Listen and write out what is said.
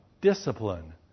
discipline